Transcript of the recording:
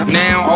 now